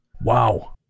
Wow